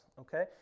Okay